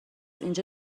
اینجا